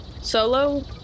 Solo